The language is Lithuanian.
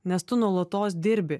nes tu nuolatos dirbi